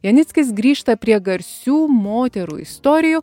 janickis grįžta prie garsių moterų istorijų